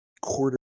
quarter